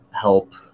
help